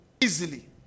easily